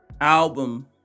album